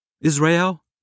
Israel